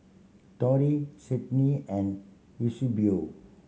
Torey Cydney and Eusebio